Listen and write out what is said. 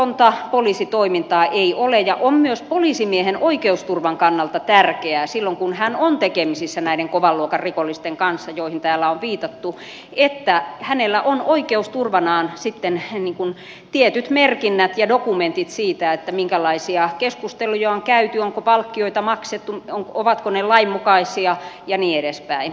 valvomatonta poliisitoimintaa ei ole ja on myös poliisimiehen oikeusturvan kannalta tärkeää silloin kun hän on tekemisissä näiden kovan luokan rikollisten kanssa joihin täällä on viitattu että hänellä on oikeus turvanaan tietyt merkinnät ja dokumentit siitä minkälaisia keskusteluja on käyty onko palkkioita maksettu ovatko ne lainmukaisia ja niin edespäin